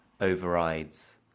overrides